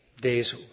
days